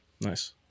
nice